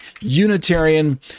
Unitarian